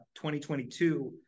2022